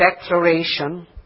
declaration